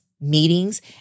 meetings